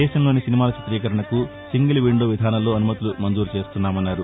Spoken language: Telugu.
దేశంలో సినిమాల చితీకరణకు సింగిల్విండో విధానంలో అనుమతులు మంజూరు చేస్తున్నామన్నారు